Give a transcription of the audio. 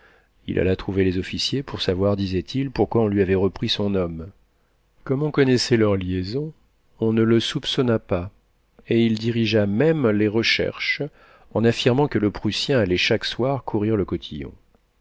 il alla trouver les officiers pour savoir disait-il pourquoi on lui avait repris son homme comme on connaissait leur liaison on ne le soupçonna pas et il dirigea même les recherches en affirmant que le prussien allait chaque soir courir le